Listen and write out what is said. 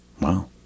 Wow